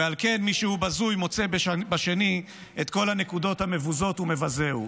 ועל כן מי שהוא בזוי מוצא בשני את כל הנקודות המבוזות ומבזהו.